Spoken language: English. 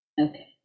okay